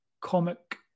comic